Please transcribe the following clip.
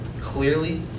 clearly